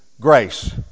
grace